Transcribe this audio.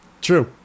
True